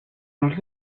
los